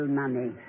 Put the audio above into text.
money